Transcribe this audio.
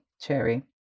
Cherry